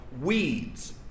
Weeds